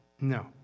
No